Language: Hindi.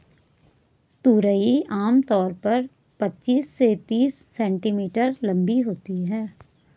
तुरई आम तौर पर पचीस से तीस सेंटीमीटर लम्बी होती है